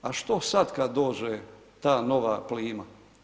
A što sad kad dođe ta nova plima?